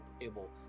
able